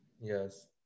Yes